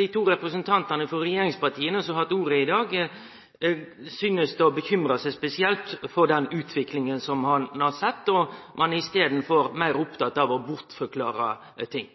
dei to representantane frå regjeringspartia som har hatt ordet i dag, bekymrar seg spesielt for den utviklinga ein har sett. I staden er ein meir oppteken av å bortforklare ting.